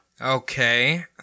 Okay